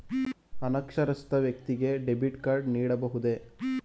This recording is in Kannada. ಅನಕ್ಷರಸ್ಥ ವ್ಯಕ್ತಿಗೆ ಡೆಬಿಟ್ ಕಾರ್ಡ್ ನೀಡಬಹುದೇ?